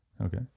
Okay